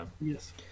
Yes